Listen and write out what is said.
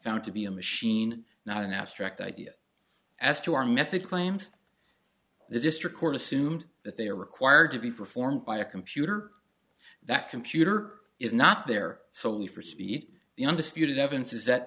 found to be a machine not an abstract idea as to our method claims the district court assumed that they are required to be performed by a computer that computer is not there soley for speed the undisputed evidence is that